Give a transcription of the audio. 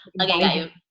okay